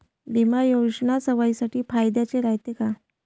बिमा योजना सर्वाईसाठी फायद्याचं रायते का?